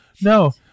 No